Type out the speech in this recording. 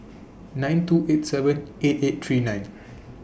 nine two eight seven eight eight three nine